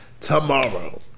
tomorrow